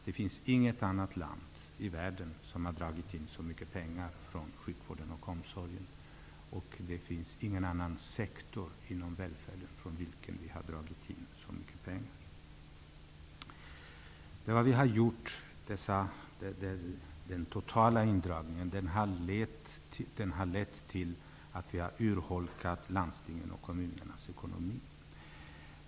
Det finns inget annat land i världen som har dragit in så mycket pengar från sjukvården och omsorgen, och det finns ingen annan sektor inom välfärden från vilken vi har dragit in så mycket pengar. Vad vi har gjort, den totala indragningen, har lett till att vi har urholkat landstingens och kommunernas ekonomi.